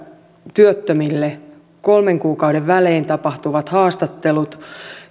työttömille kolmen kuukauden välein tapahtuvat haastattelut